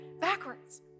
backwards